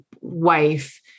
wife